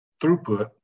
throughput